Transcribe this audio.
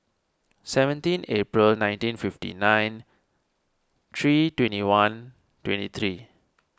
seventeen April nineteen fifty nine three twenty one twenty three